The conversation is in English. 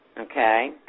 Okay